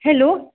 hello